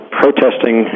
protesting